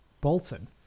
Bolton